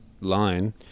line